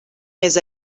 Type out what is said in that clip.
més